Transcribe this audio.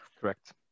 Correct